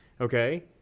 okay